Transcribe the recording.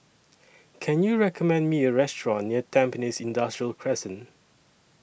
Can YOU recommend Me A Restaurant near Tampines Industrial Crescent